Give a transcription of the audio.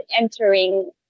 entering